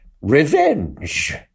Revenge